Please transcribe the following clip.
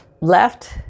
left